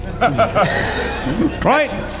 Right